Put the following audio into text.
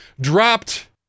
dropped